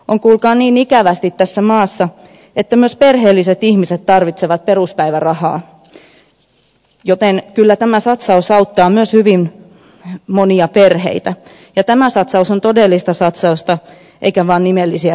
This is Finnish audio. on kuulkaa niin ikävästi tässä maassa että myös perheelliset ihmiset tarvitsevat peruspäivärahaa joten kyllä tämä satsaus auttaa myös hyvin monia perheitä ja tämä satsaus on todellista satsausta eikä vain nimellisiä senttejä